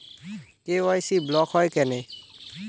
KYC block হয় কেনে?